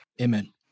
Amen